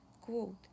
quote